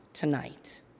tonight